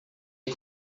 que